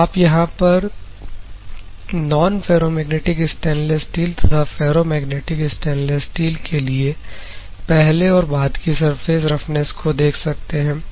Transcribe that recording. तो आप यहां तो नॉन फेरोमैग्नेटिक स्टेनलेस स्टील तथा फेरोमैग्नेटिक स्टेनलेस स्टील के लिए पहले और बाद की सर्फेस रफनेस को देख सकते हैं